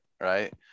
right